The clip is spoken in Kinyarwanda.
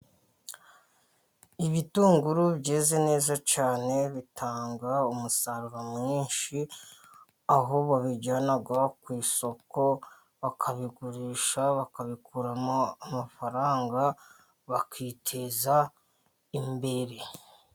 Ibitunguru byeze neza cyane bitanga umusaruro mwinshi, aho babijyana ku isoko bakabigurisha bakabikuramo amafaranga bakiteza imbere.